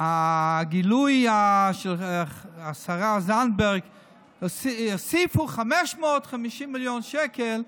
הגילוי של השרה זנדברג: הוסיפו 550 מיליון שקל.